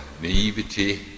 naivety